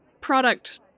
product